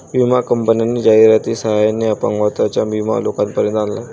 विमा कंपन्यांनी जाहिरातीच्या सहाय्याने अपंगत्वाचा विमा लोकांपर्यंत आणला